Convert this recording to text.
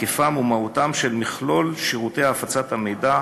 היקפם ומהותם של מכלול שירותי הפצת המידע